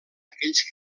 aquells